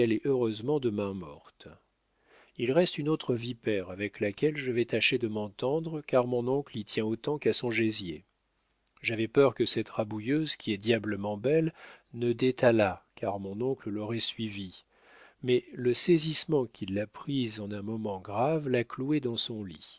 heureusement de main morte il reste une autre vipère avec laquelle je vais tâcher de m'entendre car mon oncle y tient autant qu'à son gésier j'avais peur que cette rabouilleuse qui est diablement belle ne détalât car mon oncle l'aurait suivie mais le saisissement qui l'a prise en un moment grave l'a clouée dans son lit